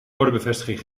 orderbevestiging